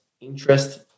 interest